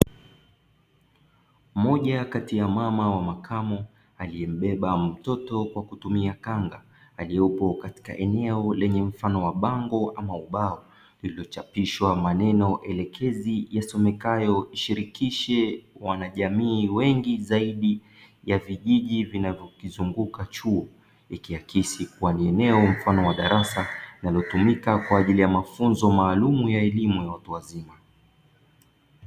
Mmoja kati ya mama wa makamo aliyembeba mtoto kwa kutumia kanga aliyepo katika eneo lenye mfano wa bango ama ubao lililochapishwa maneno elekezi yasomekayo "shirikishe wanajamii wengi zaidi ya vijiji vinavyokizunguka chuo" ikiakisi kuwa ni eneo mfano wa darasa linalotumika kwa ajili ya mafunzo maalum ya elimu ya watu wazima.